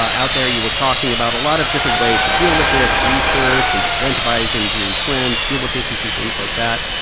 out there, you were talking about a lot of different ways to deal with this research and incentivizing green trends, fuel efficiency, things like that.